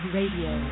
Radio